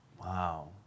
Wow